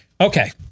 Okay